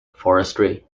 forestry